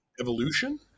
Evolution